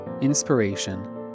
inspiration